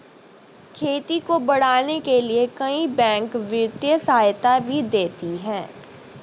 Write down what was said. खेती को बढ़ाने के लिए कई बैंक वित्तीय सहायता भी देती है